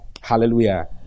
Hallelujah